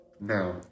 now